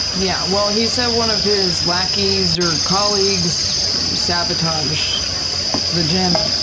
yeah, well he said one of his lackeys or colleagues sabotaged the gem.